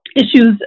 issues